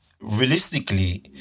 realistically